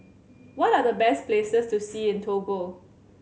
what are the best places to see in Togo